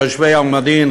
יושבי על מדין,